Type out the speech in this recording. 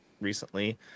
recently